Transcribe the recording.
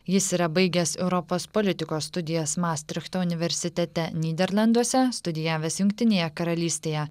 jis yra baigęs europos politikos studijas mastrichto universitete nyderlanduose studijavęs jungtinėje karalystėje